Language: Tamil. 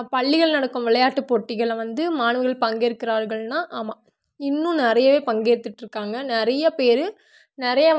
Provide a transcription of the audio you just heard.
பள்ளிகள் நடக்கும் விளையாட்டு போட்டிகளில் வந்து மாணவர்கள் பங்கேற்கிறார்கள்னா ஆமாம் இன்னும் நிறையாவே பங்கேற்றுட்டு இருக்காங்க நிறைய பேர் நிறையா வந்து